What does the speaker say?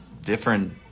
different